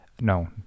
no